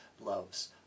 loves